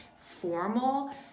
formal